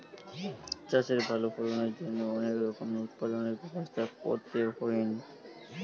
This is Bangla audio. চাষে ভালো ফলনের জন্য অনেক রকমের উৎপাদনের ব্যবস্থা করতে হইন